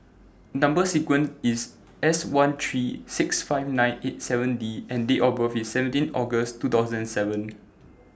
Number sequence IS S one three six five nine eight seven D and Date of birth IS seventeen August two thousand and seven